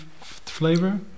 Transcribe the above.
flavor